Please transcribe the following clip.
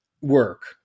work